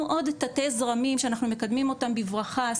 עוד תתי זרמים שאנחנו מקדמים אותם בברכה,